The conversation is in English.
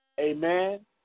Amen